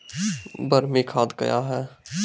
बरमी खाद कया हैं?